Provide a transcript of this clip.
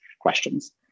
questions